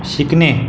शिकणे